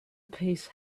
peace